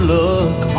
look